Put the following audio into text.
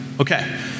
Okay